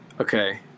okay